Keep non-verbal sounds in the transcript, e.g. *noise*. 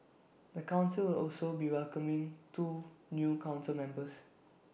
the Council will also be welcoming two new Council members *noise*